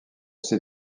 ses